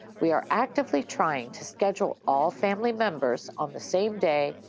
we are actively trying to schedule all family members on the same day,